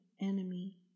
enemy